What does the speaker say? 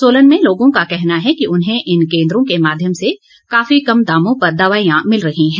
सोलन में लोगों का कहना है कि उन्हें इन केन्द्रों के माध्यम से काफी कम दामों पर दवाईयां मिल रही हैं